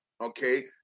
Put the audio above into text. okay